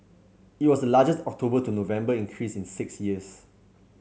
it was the largest October to November increase in six years